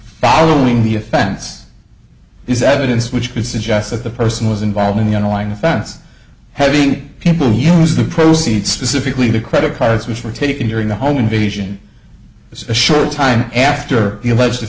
following the offense is evidence which would suggest that the person was involved in the underlying offense having people use the proceeds specifically the credit cards which were taken during the home invasion this is a short time after the